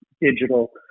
digital